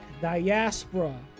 diaspora